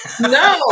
No